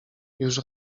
już